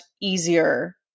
easier